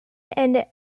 and